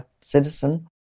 Citizen